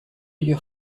your